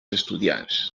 estudiants